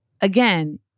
again